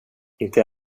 inte